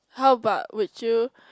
how about would you